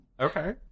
Okay